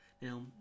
Now